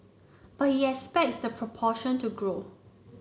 but he expects the proportion to grow